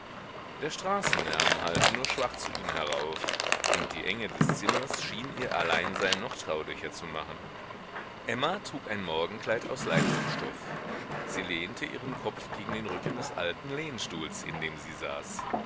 der straßenlärm hallte nur schwach zu ihnen herauf und die enge des zimmers schien ihr alleinsein noch traulicher zu machen emma trug ein morgenkleid aus leichtem stoff sie lehnte ihren kopf gegen den rücken des alten lehnstuhls in dem sie saß